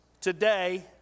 today